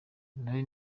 nari